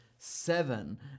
Seven